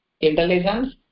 intelligence